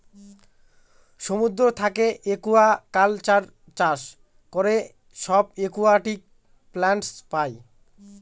সমুদ্র থাকে একুয়াকালচার চাষ করে সব একুয়াটিক প্লান্টস পাই